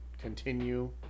continue